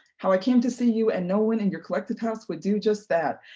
how i came to see you and no one in your collective house would do just that,